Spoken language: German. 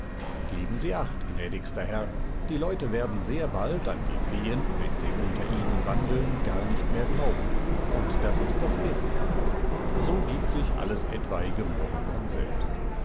geben sie acht gnädigster herr die leute werden sehr bald an die feen wenn sie unter ihnen wandeln gar nicht mehr glauben und das ist das beste so gibt sich alles etwanige murren von selbst